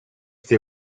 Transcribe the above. they